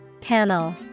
Panel